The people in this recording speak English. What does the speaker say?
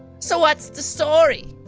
so what's the story